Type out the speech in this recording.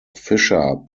fisher